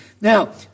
Now